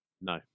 No